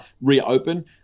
reopen